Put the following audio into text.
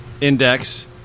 index